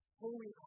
holy